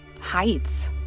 heights